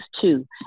two